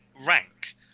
rank